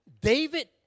David